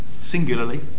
singularly